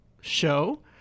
show